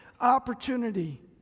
opportunity